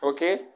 Okay